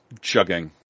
chugging